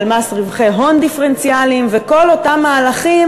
על מס רווחי הון דיפרנציאלי ועל כל אותם מהלכים